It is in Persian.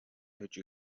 هجی